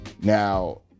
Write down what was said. Now